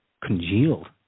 congealed